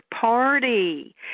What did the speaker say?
party